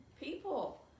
people